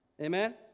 amen